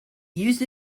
used